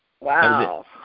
Wow